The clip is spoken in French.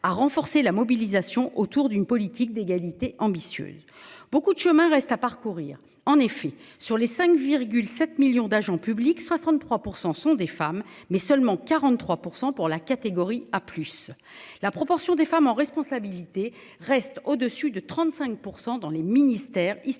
à renforcer la mobilisation autour d'une politique d'égalité ambitieuse. Beaucoup de chemin reste à parcourir. En effet, sur les 5,7 millions d'agents publics, 63% sont des femmes, mais seulement 43% pour la catégorie A, plus la proportion des femmes en. Responsabilités reste au dessus de 35% dans les ministères historiquement